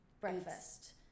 breakfast